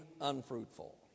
unfruitful